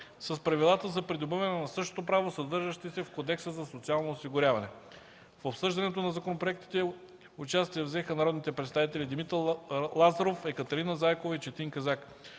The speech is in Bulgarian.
с правилата за придобиване на същото право, съдържащи се в Кодекса за социално осигуряване. В обсъждането на законопроектите участие взеха народните представители Димитър Лазаров, Екатерина Заякова и Четин Казак.